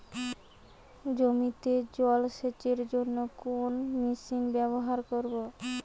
জমিতে জল সেচের জন্য কোন মেশিন ব্যবহার করব?